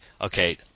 okay